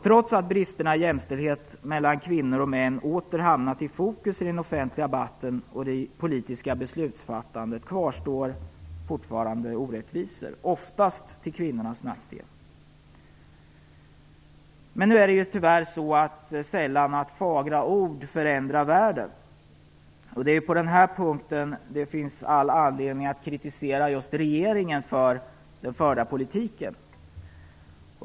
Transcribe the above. Trots att bristerna i jämställdhet mellan kvinnor och män åter hamnat i fokus i den offentliga debatten och i det politiska beslutsfattandet kvarstår fortfarande orättvisor, oftast till kvinnornas nackdel. Det är tyvärr sällan så att fagra ord förändrar världen, och det är på den här punkten som det finns all anledning att kritisera regeringen för den förda politiken.